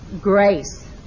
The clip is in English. grace